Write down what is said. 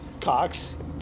Cox